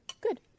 Good